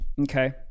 Okay